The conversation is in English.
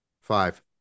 five